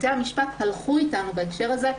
בתי המשפט הלכו אתנו בהקשר הזה.